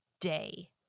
day